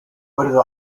weitere